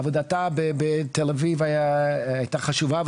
עבודתה בתל-אביב הייתה חשובה,